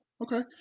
Okay